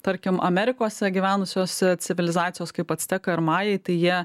tarkim amerikose atgyvenusiose civilizacijos kaip actekai majai tai jie